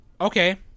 Okay